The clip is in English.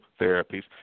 therapies